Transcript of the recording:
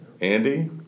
Andy